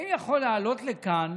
האם יכול לעלות לכאן